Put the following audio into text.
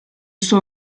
suo